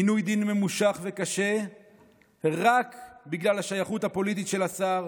עינוי דין ממושך וקשה רק בגלל השייכות הפוליטית של השר,